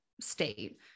state